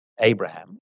Abraham